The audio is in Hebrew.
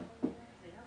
כך גם אתם מבינים את זה,